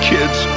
Kids